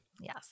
Yes